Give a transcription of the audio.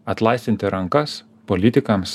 atlaisvinti rankas politikams